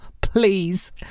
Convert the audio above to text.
Please